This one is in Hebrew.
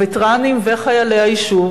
הווטרנים וחיילי היישוב